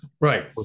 Right